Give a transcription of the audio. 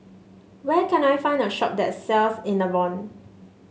where can I find a shop that sells Enervon